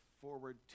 forward